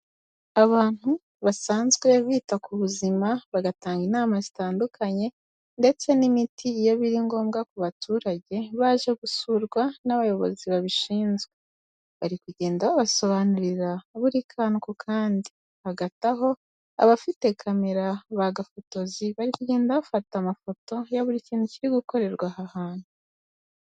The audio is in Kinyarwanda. Abantu basanzwe bita ku buzima bagatanga inama zitandukanye ndetse n'imiti iyo biri ngombwa ku baturage, baje gusurwa n'abayobozi babishinzwe. Bari kugenda babasobanurira buri kantu kandi, hagati aho abafite kamera bagafotozi, bari kugenda bafata amafoto ya buri kintu kiri gukorerwa aha hantu.